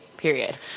period